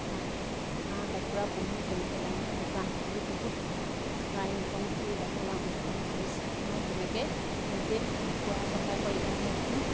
হাঁহ হাঁহ কুকুৰা পুহিও তেনেকৈ ডাঙৰ দোকান খুলি বহুত টকা ইনকম কৰি ডাঙৰ ডাঙৰ দোকান খুলিছে আমাৰো তেনেকৈ নিজে বোৱা কটা কৰি আমি এখন